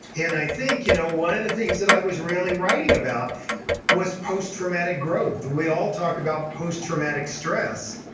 and i think you know one of the things that i was really writing about was post-traumatic growth. we all talk about post-traumatic stress,